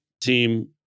team